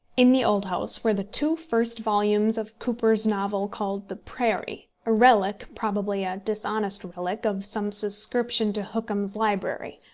in the old house were the two first volumes of cooper's novel, called the prairie, a relic probably a dishonest relic of some subscription to hookham's library.